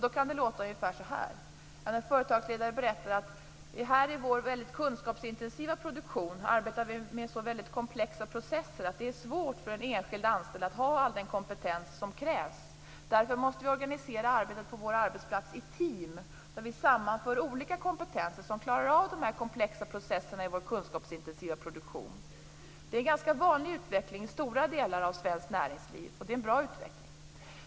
Då kan det låta ungefär så här när företagsledare berättar: Här i vår väldigt kunskapsintensiva produktion arbetar vi med så väldigt komplexa processer att det är svårt för en enskild anställd att ha all den kompetens som krävs. Därför måste vi organisera arbetet på vår arbetsplats i team där vi sammanför olika kompetenser som klarar av de här komplexa processerna i vår kunskapsintensiva produktion. Det är en ganska vanlig utveckling i stora delar svenskt näringsliv, och det är en bra utveckling.